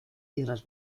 tierras